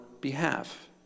behalf